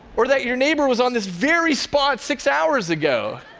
or that your neighbor was on this very spot six hours ago?